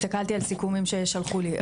הסתכלתי על סיכומים ששלחו לי.